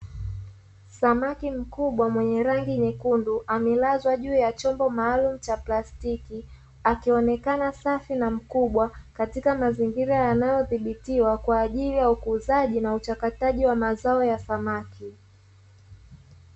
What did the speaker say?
Samaki mkubwa kwenye rangi nyekundu amelazwa juu ya chombo maalumu cha plastiki, akionekana safi na mkubwa katika mazingira yanayodhibitiwa kwaajili ya ukuzaji na uchakataji wa mazao ya samaki.